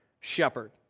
shepherd